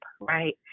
Right